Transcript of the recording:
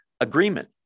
Agreement